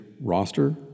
roster